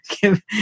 give